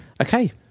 Okay